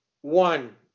One